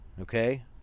Okay